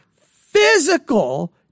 physical